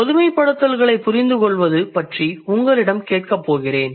பொதுமைப்படுத்துதல்களைப் புரிந்துகொள்ளவது பற்றி உங்களிடம் கேட்கப் போகிறேன்